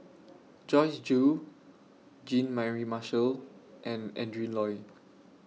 Joyce Jue Jean Mary Marshall and Adrin Loi